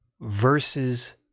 versus